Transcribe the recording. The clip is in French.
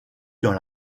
dans